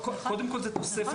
קודם כול, זאת תוספת.